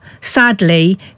sadly